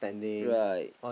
right